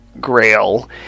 grail